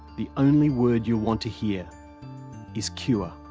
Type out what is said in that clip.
the only word you'll want to hear is cure.